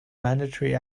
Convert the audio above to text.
mandatory